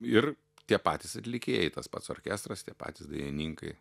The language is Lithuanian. ir tie patys atlikėjai tas pats orkestras tie patys dainininkai